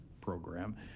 program